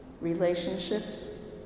relationships